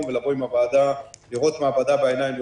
ולבוא עם הוועדה לראות מעבדה בעיניים,